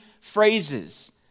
phrases